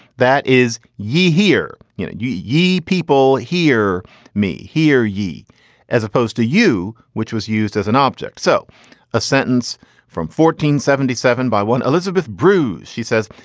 that is ye hear you know ye people hear me, hear ye as opposed to you, which was used as an object so a sentence from fourteen seventy seven by one. elizabeth bruce, she says,